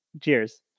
cheers